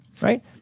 right